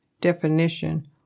definition